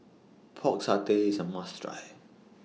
Pork Satay IS A must Try